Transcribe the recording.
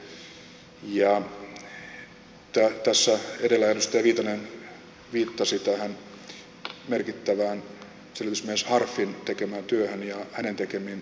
tässä edellä edustaja viitanen viittasi tähän merkittävään selvitysmies harpfin tekemään työhön ja hänen tekemiinsä ehdotuksiin